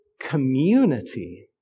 community